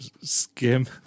Skim